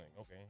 okay